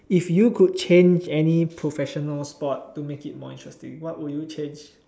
if you could change any professional sport to make it more interesting what would you change